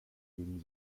gingen